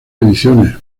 ediciones